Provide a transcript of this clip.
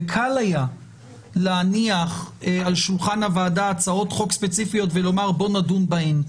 וקל היה להניח על שולחן הוועדה הצעות חוק ספציפיות ולומר בואו נדון בהן,